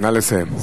נא לסיים.